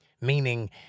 meaning